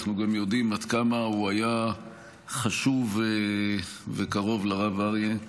אנחנו גם יודעים עד כמה הוא היה חשוב וקרוב לרב אריה.